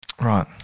Right